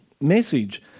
message